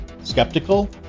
Skeptical